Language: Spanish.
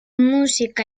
música